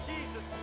Jesus